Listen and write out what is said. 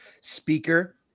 speaker